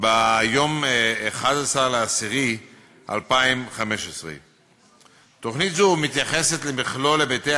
ביום 11 באוקטובר 2015. תוכנית זו מתייחסת למכלול היבטי